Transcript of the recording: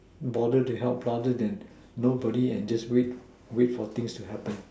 bother to help rather than nobody and just wait wait for things to happen